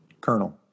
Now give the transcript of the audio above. Colonel